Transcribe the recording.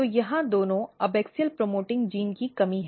तो यहाँ दोनों एबैक्सियल प्रमोटिंग जीन की कमी है